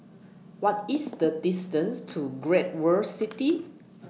What IS The distance to Great World City